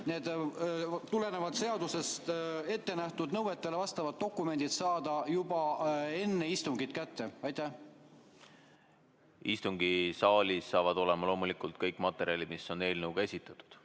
tulenevalt need ettenähtud nõuetele vastavad dokumendid saama juba enne istungit kätte. Istungisaalis saavad olema loomulikult kõik materjalid, mis on eelnõuga esitatud.